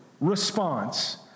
response